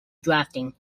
drafting